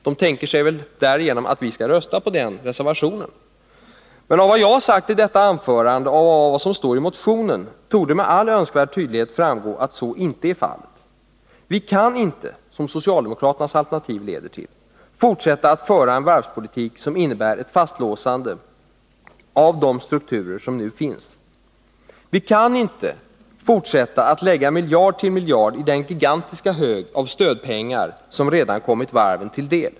De tänker sig väl att vi därigenom skall rösta på reservationen. Men av vad jag har sagt i detta anförande och av vad som står i motionen torde med all önskvärd tydlighet framgå att så inte är fallet. Vi kan inte — vilket socialdemokraternas alternativ leder till — fortsätta att föra en varvspolitik som innebär ett fastlåsande av de strukturer som nu finns. Vi kan inte fortsätta att lägga miljard till miljard i den gigantiska hög av stödpengar som redan kommit varven till del.